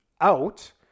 out